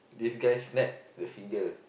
this guy snap the finger